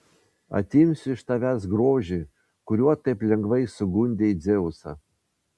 atimsiu iš tavęs grožį kuriuo taip lengvai sugundei dzeusą